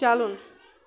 چَلُن